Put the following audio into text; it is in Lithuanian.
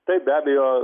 taip be abejo